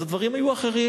אז הדברים יהיו אחרים.